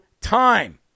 time